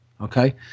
Okay